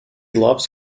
loves